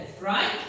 right